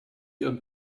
ihren